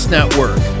Network